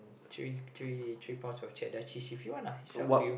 three three three parts of cheddar cheese if you want ah it's up to you